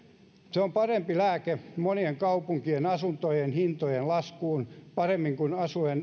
se on parempi lääke monien kaupunkien asuntojen hintojen laskuun parempi kuin